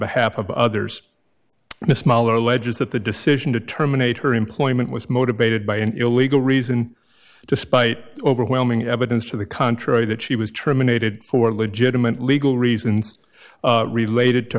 behalf of others miss moller alleges that the decision to terminate her employment was motivated by an illegal reason despite overwhelming evidence to the contrary that she was terminated for legitimate legal reasons related to